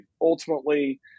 ultimately